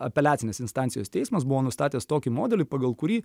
apeliacinės instancijos teismas buvo nustatęs tokį modelį pagal kurį